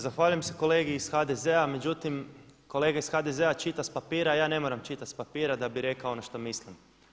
Zahvaljujem se kolegi iz HDZ-a, međutim kolega iz HDZ-a čita s papira, a ja ne moram čitati s papira da bih rekao ono što mislim.